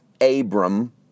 Abram